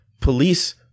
Police